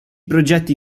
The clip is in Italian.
progetti